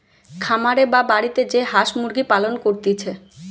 খামারে বা বাড়িতে যে হাঁস মুরগির পালন করতিছে